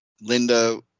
Linda